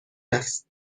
است